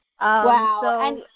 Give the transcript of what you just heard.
Wow